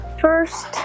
first